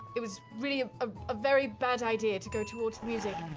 it was really a ah ah very bad idea to go towards the music.